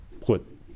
put